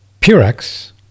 Purex